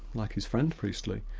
like his friend priestley,